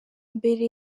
mbere